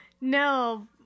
No